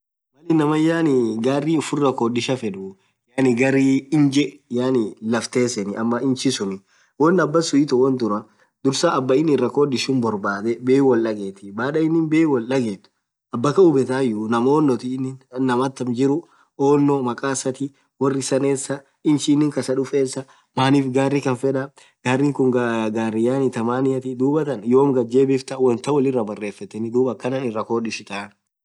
Mal inamaan gari urra khodhishathi fedh yaani garr inje yaani lafteseni inch suun wonn abasun ithoo won dhurah dhursaa abaa inin irakodhishen suun borbadhee bei woldaghethi baaadha inin bei wol dhaghethu aba Khan hubethaa yuu ñaam onnthii inin ñaam atham jiruu onno makhaa isathi worr isaa essa inchii inin khasaa dhufff essa manif gari Khan fedha gari khun gari yaani thamaniathi dhuathan yom ghadh jebifthaa wonthan wolirah barefetheni dhub akhanan iraa khodisheni